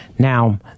Now